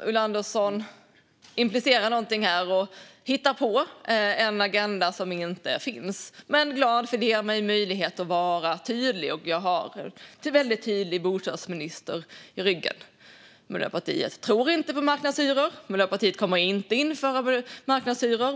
Ulla Andersson implicerar här någonting och hittar på en agenda som inte finns. Dock blir jag glad eftersom det ger mig möjlighet att vara tydlig. Jag har också en väldigt tydlig bostadsminister i ryggen. Miljöpartiet tror inte på marknadshyror. Miljöpartiet kommer inte att införa marknadshyror.